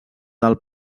del